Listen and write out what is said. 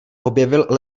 objevil